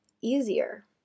easier